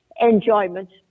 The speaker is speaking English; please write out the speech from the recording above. enjoyment